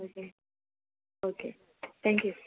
okay okay thank you